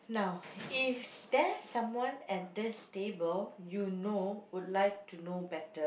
now is there someone at this table you know would like to know better